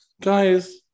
guys